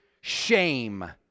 shame